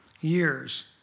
years